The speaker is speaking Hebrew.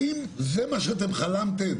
האם זה מה שאתם חלמתם?